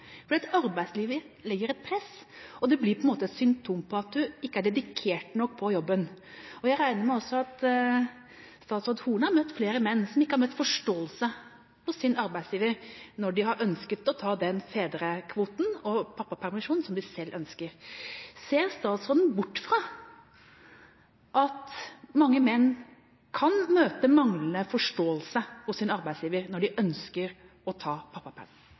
arbeidslivet legger press på en, og det blir på en måte et symptom på at en ikke er dedikert nok på jobben. Jeg regner med at også statsråd Horne har møtt flere menn som ikke har møtt forståelse hos sin arbeidsgiver når de har ønsket å ta den fedrekvoten og pappapermisjonen som de selv ønsker. Ser statsråden bort fra at mange menn kan møte manglende forståelse hos sin arbeidsgiver når de ønsker å ta pappaperm?